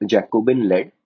Jacobin-led